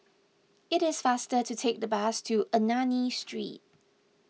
it is faster to take the bus to Ernani Street